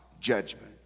judgment